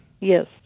Yes